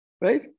right